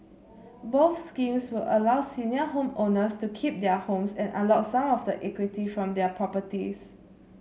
both schemes would allow senior homeowners to keep their homes and unlock some of the equity from their properties